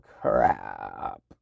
crap